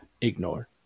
ignore